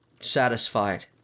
satisfied